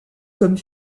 comme